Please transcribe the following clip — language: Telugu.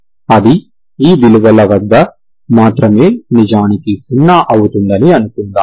అది ఈ విలువల వద్ద మాత్రమే నిజానికి 0 అవుతుందని అనుకుందాం